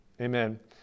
Amen